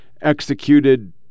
executed